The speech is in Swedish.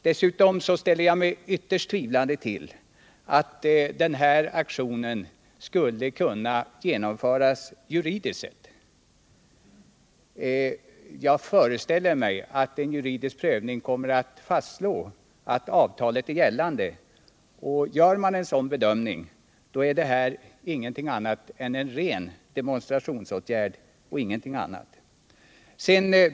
För det andra ställer jag mig ytterst tvivlande tillatt den här aktionen skulle kunna genomföras juridiskt sett. Jag föreställer mig att en juridisk prövning kommer att fastslå att avtalet är gällande. Och gör man en sådan bedömning är detta en ren demonstrationsåtgärd och ingenting annat.